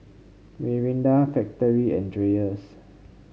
Mirinda Factorie and Dreyers